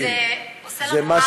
כי זה עושה לנו רע.